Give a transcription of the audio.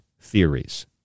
theories